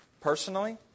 Personally